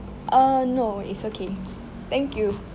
uh no it's okay thank you